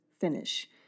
finish